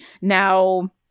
now